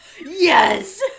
yes